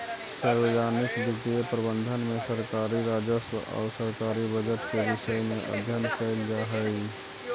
सार्वजनिक वित्तीय प्रबंधन में सरकारी राजस्व आउ सरकारी बजट के विषय में अध्ययन कैल जा हइ